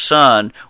son